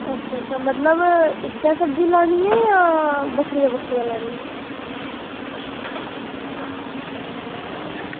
अच्छा अच्छा मतलब इक्कै सब्ज़ी लानी ऐ जां बक्खरियां बक्खरियां लानियां न